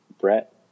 Brett